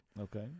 Okay